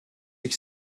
ich